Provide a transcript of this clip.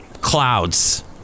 clouds